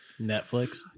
Netflix